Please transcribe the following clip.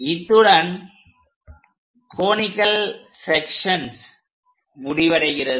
இத்துடன் conical sections முடிவடைகிறது